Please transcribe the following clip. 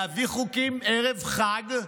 להביא חוקים ערב חג?